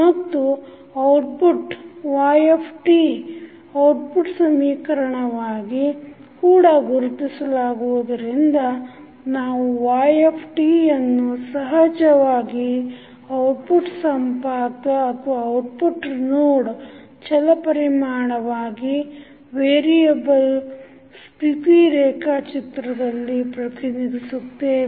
ಮತ್ತು output y output ಸಮೀಕರಣವಾಗಿ ಕೂಡ ಗುರುತಿಸಲಾಗುವುದರಿಂದ ನಾವುy ಯನ್ನು ಸಹಜವಾಗಿ ಔಟ್ಪುಟ್ ಸಂಪಾತ ಛಲಪರಿಮಾಣವಾಗಿ ಸ್ಥಿತಿ ರೇಖಾಚಿತ್ರದಲ್ಲಿ ಪ್ರತಿನಿಧಿಸುತ್ತೇವೆ